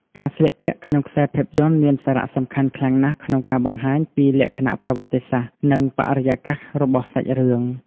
ការស្លៀកពាក់ក្នុងខ្សែភាពយន្តមានសារៈសំខាន់ណាស់ក្នុងការបង្ហាញពីលក្ខណៈប្រវត្តិសាស្ត្រ និងបរិយាកាសរបស់សាច់រឿង។